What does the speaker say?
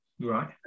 Right